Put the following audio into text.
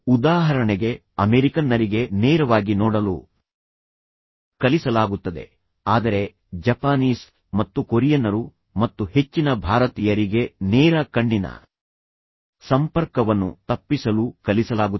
ಉದಾಹರಣೆಗೆ ಅಮೆರಿಕನ್ನರಿಗೆ ನೇರವಾಗಿ ನೋಡಲು ಕಲಿಸಲಾಗುತ್ತದೆ ಆದರೆ ಜಪಾನೀಸ್ ಮತ್ತು ಕೊರಿಯನ್ನರು ಮತ್ತು ಹೆಚ್ಚಿನ ಭಾರತೀಯರಿಗೆ ನೇರ ಕಣ್ಣಿನ ಸಂಪರ್ಕವನ್ನು ತಪ್ಪಿಸಲು ಕಲಿಸಲಾಗುತ್ತದೆ